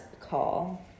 call